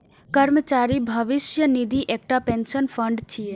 कर्मचारी भविष्य निधि एकटा पेंशन फंड छियै